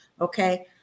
okay